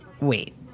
Wait